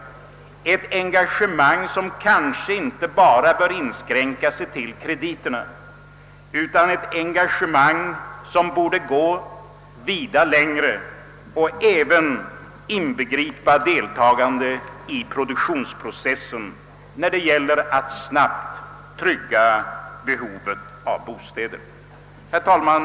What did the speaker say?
Detta engagemang bör inte inskränka sig till krediterna utan bör gå vida längre och även inbegripa deltagande i produktionsprocessen för att snabbt trygga behovet av bostäder. Herr talman!